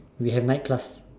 we have night class